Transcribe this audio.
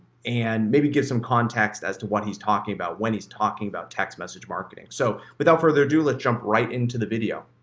and maybe give some context as to what he's talking about when he's talking about text message marketing. so, without further ado, let's jump right into the video.